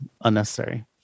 unnecessary